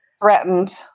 threatened